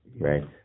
right